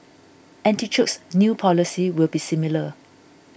artichoke's new policy will be similar